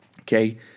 Okay